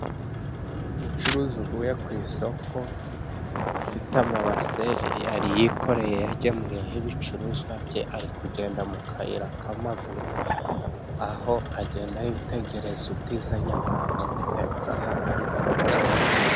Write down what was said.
Umuucuruzi uvuye ku isoko， afite amabase yari yikoreye yagemuyeho ibicuruzwa bye， ari kugenda mu kayira k'amaguru， aho agenda yitegereza ubwiza nyaburanga， butatse ahantu ari kunyura.